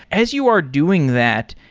as you are doing that,